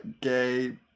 gay